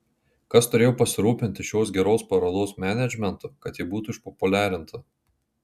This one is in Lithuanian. kas turėjo pasirūpinti šios geros parodos menedžmentu kad ji būtų išpopuliarinta